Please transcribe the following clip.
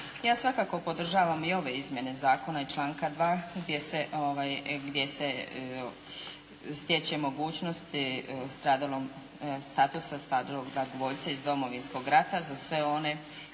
Ja svakako podržavam i ove izmjene zakona iz članka 2. gdje se stječe mogućnosti, statusa stradalog dragovoljca iz Domovinskog rata za sve one